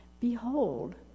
Behold